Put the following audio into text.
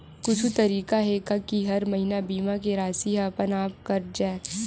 कुछु तरीका हे का कि हर महीना बीमा के राशि हा अपन आप कत जाय?